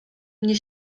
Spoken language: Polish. mnie